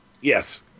Yes